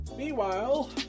Meanwhile